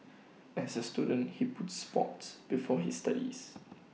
as A student he put Sport before his studies